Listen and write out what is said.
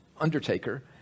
undertaker